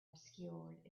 obscured